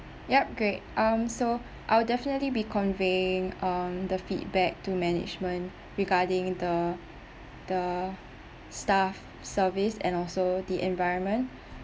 yup great um so I'll definitely be conveying um the feedback to management regarding the the staff service and also the environment